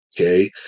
okay